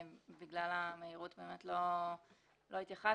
בגלל המהירות לא התייחסתי.